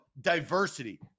diversity